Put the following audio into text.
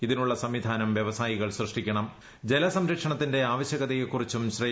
ഇതിനുള്ള സംവിധാനം വ്യവസായികൾ സൃഷ്ടിക്കുണ്ട് ജലസംരക്ഷണത്തിന്റെ ആവശ്യകതയെ കുറിച്ചും ശ്രീ